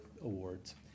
awards